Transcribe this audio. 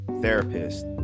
therapist